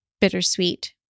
Bittersweet